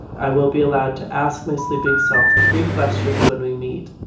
i will be allowed to ask my sleeping self three questions when we meet.